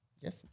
Yes